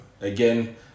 again